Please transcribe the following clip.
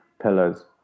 pillars